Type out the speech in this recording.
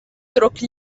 اترك